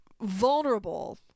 Vulnerable